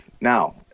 Now